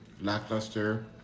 lackluster